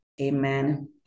amen